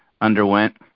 underwent